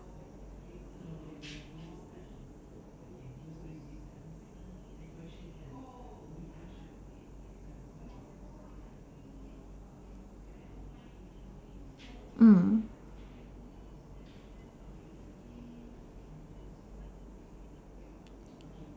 mm